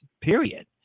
period